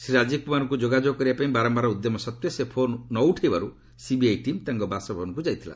ଶ୍ରୀ ରାଜୀବ କୁମାରଙ୍କୁ ଯୋଗାଯୋଗ କରିବା ପାଇଁ ବାରମ୍ଭାର ଉଦ୍ୟମ ସତ୍ତ୍ୱେ ସେ ଫୋନ୍ ନ ଉଠାଇବାରୁ ସିବିଆଇ ଟିମ୍ ତାଙ୍କ ବାସଭବନକୁ ଯାଇଥିଲା